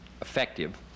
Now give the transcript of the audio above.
effective